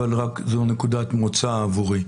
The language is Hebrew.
אבל זו רק נקודת מוצא עבורי.